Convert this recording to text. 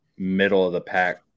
middle-of-the-pack